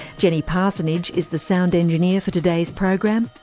jenny parsonage is the sound engineer for today's program.